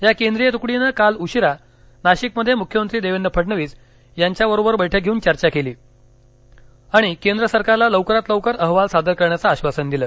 या केंद्रीय तुकडीनं काल उशिरा नाशिकमध्ये मुख्यमंत्री देवेंद्र फडणवीस यांच्या बरोबर बैठक घेऊन चर्चा केली आणि केंद्र सरकारला लौकरात लौकर अहवाल सादर करण्याचं आश्वासन दिलं